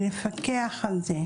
לפקח על זה.